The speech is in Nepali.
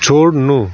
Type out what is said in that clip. छोड्नु